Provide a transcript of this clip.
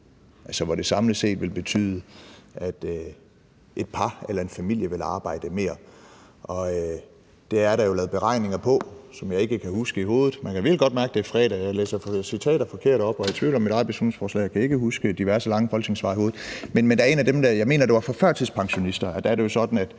altså hvor det samlet set vil betyde, at et par eller en familie vil arbejde mere. Og det er der jo lavet beregninger på, som jeg ikke kan huske i hovedet. Man kan virkelig godt mærke, at det er fredag: Jeg læser citater forkert op, er i tvivl om mit eget beslutningsforslag og kan ikke huske diverse lange folketingssvar i hovedet. Men der var et af de dem, som jeg mener handlede om førtidspensionister. Og der er det jo sådan, at